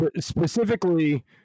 Specifically